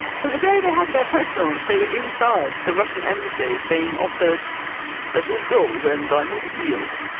so the day they had their press launch, they were inside the russian embassy being offered special gold and diamonds deals.